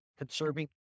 conserving